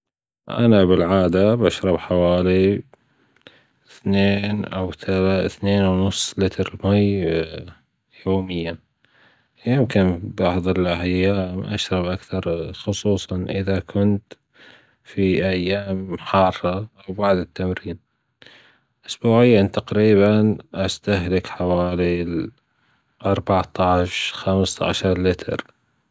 أنا بالعادة بشرب أثنين أو ثلاث- أثنين ونص لتر ماي يوميًا يمكن ببعض الأيام أشرب أكثر خصوصًا إذا كنت في أيام حارة أو بعد التمرين أسبوعيا تقريبًا أستهلك حوالي أربعتاش خمستاشر لتر.